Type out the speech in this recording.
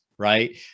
Right